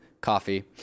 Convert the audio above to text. coffee